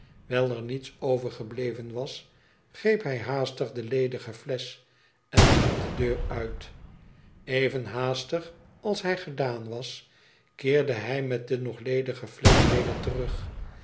wijl er niets overgebleven was greep hij haastig de ledige flesch en liep de deur uit even haastig als hij gegaan was keerde hij met de nog ledige flesch weder terug